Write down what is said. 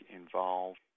involved